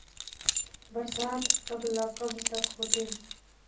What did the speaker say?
बरसात कब ल कब तक होथे?